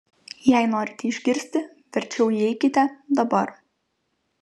jei norite išgirsti verčiau įeikite dabar